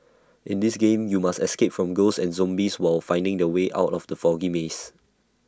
in this game you must escape from ghosts and zombies while finding the way out of the foggy maze